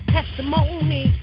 Testimony